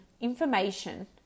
information